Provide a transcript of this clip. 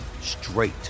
straight